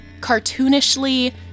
cartoonishly